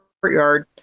courtyard